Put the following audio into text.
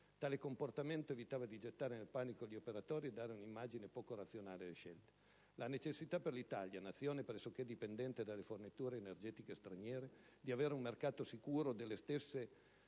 Tale comportamento avrebbe evitato di gettare nel panico gli operatori e di dare un'immagine poco razionale delle scelte. La necessità per l'Italia, Nazione dipendente pressoché dalle forniture energetiche straniere, di avere un mercato sicuro delle